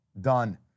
Done